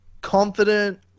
confident